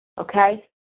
okay